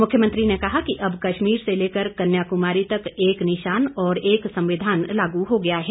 मुख्यमंत्री ने कहा कि अब कश्मीर से लेकर कन्याकुमारी तक एक निशान और एक संविधान लागू हो गया है